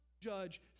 judge